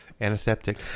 Antiseptic